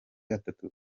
atatu